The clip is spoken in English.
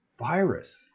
virus